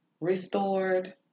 restored